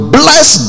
bless